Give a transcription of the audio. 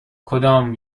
کدام